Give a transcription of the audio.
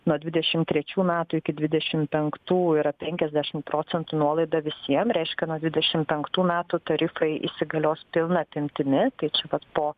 nuo dvidešimt trečių metų iki dvidešimt penktų yra penkiasdešimt procentų nuolaida visiem reiškia nuo dvidešim penktų metų tarifai įsigalios pilna apimtimi tai čia vat po